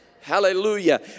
Hallelujah